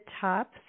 top